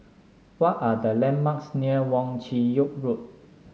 what are the landmarks near Wong Chin Yoke Road